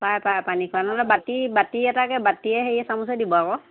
পায় পায় পানী খোৱা নহ'লে বাতি বাতি এটাকে বাতিয়ে হেৰি চামুছে দিব আকৌ